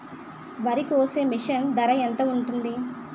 వరి కోసే మిషన్ ధర ఎంత ఉంటుంది?